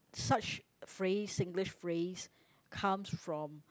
such phrase Singlish phrase comes from